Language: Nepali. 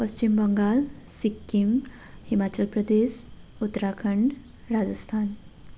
पश्चिम बङ्गाल सिक्किम हिमाचल प्रदेश उत्तराखण्ड राजस्थान